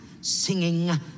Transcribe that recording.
singing